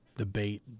Debate